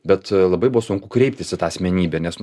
bet labai buvo sunku kreiptis į tą asmenybę nes